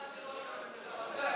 לביא.